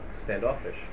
standoffish